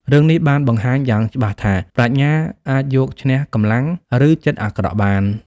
រឿងនេះបានបង្ហាញយ៉ាងច្បាស់ថា ប្រាជ្ញាអាចយកឈ្នះកម្លាំង ឬចិត្តអាក្រក់បាន។